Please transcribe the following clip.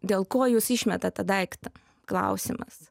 dėl ko jūs išmetat tą daiktą klausimas